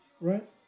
right